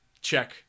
check